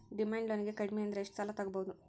Demand ಲೊನಿಗೆ ಕಡ್ಮಿಅಂದ್ರ ಎಷ್ಟ್ ಸಾಲಾ ತಗೊಬೊದು?